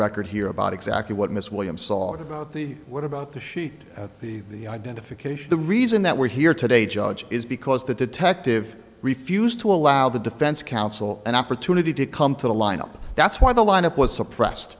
record here about exactly what ms williams sought about the what about the sheet of the identification the reason that we're here today judge is because the detective refused to allow the defense counsel an opportunity to come to the lineup that's why the lineup was suppressed